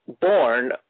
born